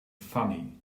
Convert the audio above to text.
funny